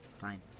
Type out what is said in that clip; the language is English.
Fine